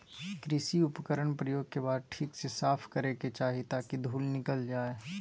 कृषि उपकरण प्रयोग के बाद ठीक से साफ करै के चाही ताकि धुल निकल जाय